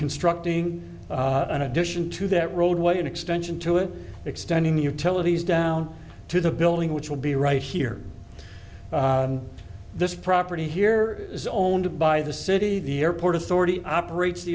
constructing an addition to that roadway an extension to it extending utilities down to the building which will be right here on this property here is owned by the city the airport authority operates the